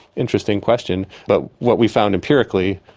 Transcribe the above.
interesting question, but what we found empirically,